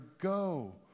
go